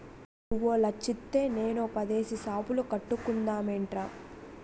నువ్వో లచ్చిత్తే నేనో పదేసి సాపులు కట్టుకుందమేట్రా